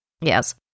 Yes